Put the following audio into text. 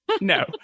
no